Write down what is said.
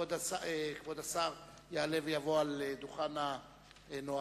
כבוד השר יעלה ויבוא אל דוכן הנואמים.